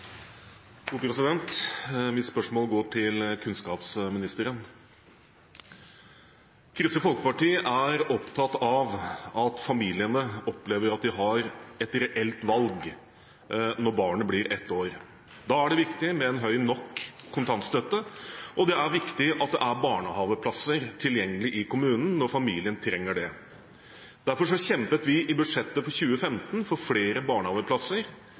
opptatt av at familiene opplever at de har et reelt valg når barnet blir ett år. Da er det viktig med en høy nok kontantstøtte, og det er viktig at det er barnehageplasser tilgjengelig i kommunen når familien trenger det. Derfor kjempet vi i budsjettet for 2015 for flere barnehageplasser,